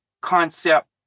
concept